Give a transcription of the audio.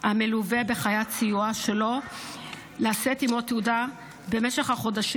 המלווה בחיית סיוע שלא לשאת עימו תעודה במשך החודשים